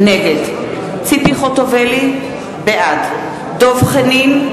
נגד ציפי חוטובלי, בעד דב חנין,